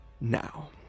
now